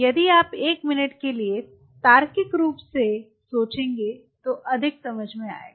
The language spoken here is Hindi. यदि आप एक मिनट के लिए तार्किक रूप से सोचेंगे तो अधिक समझ में आएगा